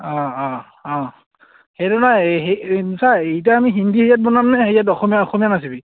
অঁ অঁ অঁ সেইটো নাই সেই চা এতিয়া আমি হিন্দী হেৰিয়াত বনামনে হেৰিয়াত অসমীয়া অসমীয়া নাচিবি